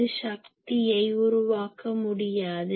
அது சக்தியை உருவாக்க முடியாது